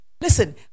Listen